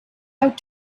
out